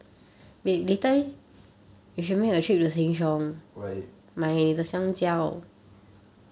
why